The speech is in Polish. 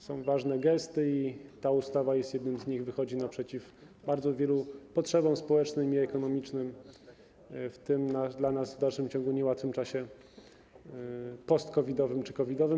Są ważne gesty i ta ustawa jest jednym z nich, wychodzi naprzeciw bardzo wielu potrzebom społecznym i ekonomicznym w tym dla nas w dalszym ciągu niełatwym czasie post-COVID-owym czy COVID-owym.